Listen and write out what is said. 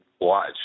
watch